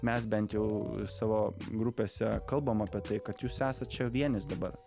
mes bent jau savo grupėse kalbama apie tai kad jūs esate vienis dabar